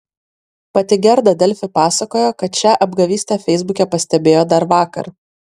pati gerda delfi pasakojo kad šią apgavystę feisbuke pastebėjo dar vakar